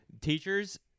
teachers